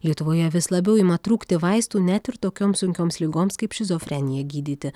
lietuvoje vis labiau ima trūkti vaistų net ir tokioms sunkioms ligoms kaip šizofrenija gydyti